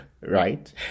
right